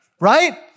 Right